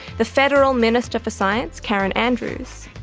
the federal minister for science karen andrews,